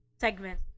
segment